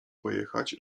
pojechać